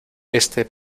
este